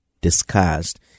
discussed